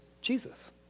Jesus